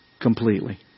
completely